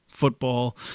football